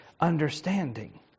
understanding